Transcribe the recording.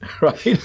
right